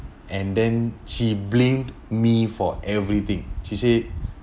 and then she blamed me for everything she said